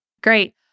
Great